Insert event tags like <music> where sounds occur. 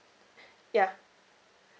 <breath> yeah